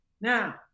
Now